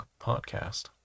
podcast